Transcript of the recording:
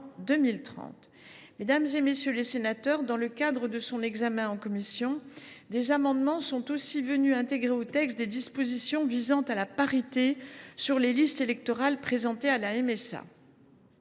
Mesdames, messieurs les sénateurs, dans le cadre de son examen en commission, des amendements sont aussi venus intégrer au texte des dispositions visant à la parité sur les listes électorales présentées pour la MSA.